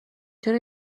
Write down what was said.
چرا